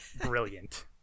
brilliant